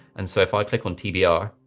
and so if i click on tbr,